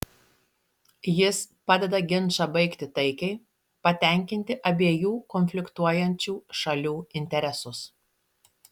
jis padeda ginčą baigti taikiai patenkinti abiejų konfliktuojančių šalių interesus